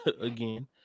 again